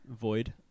Void